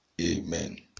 Amen